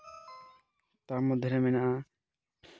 ᱛᱟᱨ ᱢᱚᱫᱽᱫᱷᱮ ᱨᱮ ᱢᱮᱱᱟᱜᱼᱟ